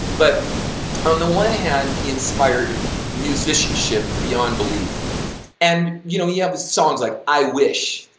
but on the one hand, he inspired musicianship beyond belief and, you know, he had the songs like i wish,